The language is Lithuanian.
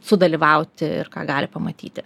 sudalyvauti ir ką gali pamatyti